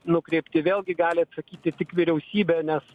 nukreipti vėlgi gali atsakyti tik vyriausybė nes